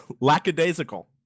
lackadaisical